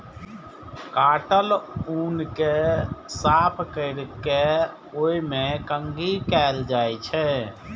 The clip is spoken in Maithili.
काटल ऊन कें साफ कैर के ओय मे कंघी कैल जाइ छै